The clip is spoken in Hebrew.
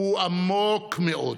הוא עמוק מאוד.